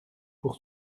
pour